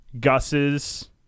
Gus's